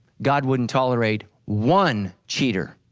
god wouldn't tolerate one cheater,